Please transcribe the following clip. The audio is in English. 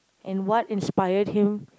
and what inspired him